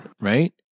right